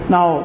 Now